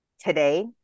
today